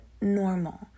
normal